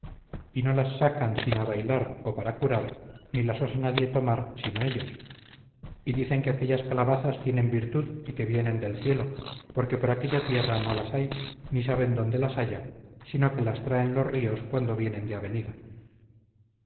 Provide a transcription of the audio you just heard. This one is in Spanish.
y no las sacan sino a bailar o para curar ni las osa nadie tomar sino ellos y dicen que aquellas calabazas tienen virtud y que vienen del cielo porque por aquella tierra no las hay ni saben dónde las haya sino que las traen los ríos cuando vienen de avenida